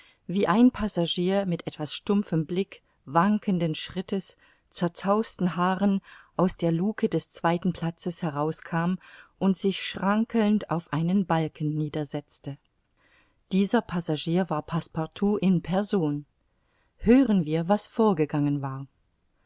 wie ein passagier mit etwas stumpfem blick wankenden schrittes zerzausten haaren aus der lucke des zweiten platzes herauskam und sich schrankelnd auf einen balken niedersetzte dieser passagier war passepartout in person hören wir was vorgegangen war